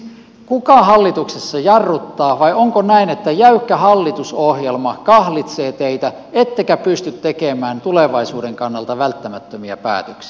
kuka hallituksessa jarruttaa vai onko näin että jäykkä hallitusohjelma kahlitsee teitä ettekä pysty tekemään tulevaisuuden kannalta välttämättömiä päätöksiä